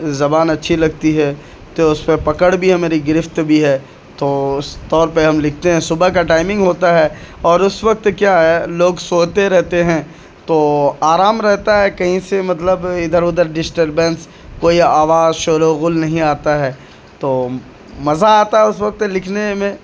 زبان اچھی لگتی ہے تو اس پہ پکڑ بھی ہے میری گرفت بھی ہے تو اس طور پہ ہم لکھتے ہیں صبح کا ٹائمنگ ہوتا ہے اور اس وقت کیا ہے لوگ سوتے رہتے ہیں تو آرام رہتا ہے کہیں سے مطلب ادھر ادھر ڈسٹربینس کوئی آواز شور و غل نہیں آتا ہے تو مزہ آتا ہے اس وقت لکھنے میں